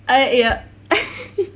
I ya